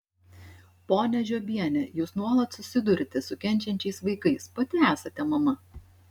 ponia žiobiene jūs nuolat susiduriate su kenčiančiais vaikais pati esate mama